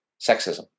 sexism